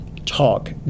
talk